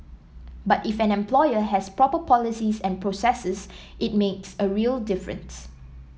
but if an employer has proper policies and processes it makes a real difference